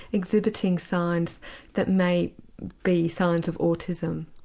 exhibiting signs that may be signs of autism?